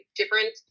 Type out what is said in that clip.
different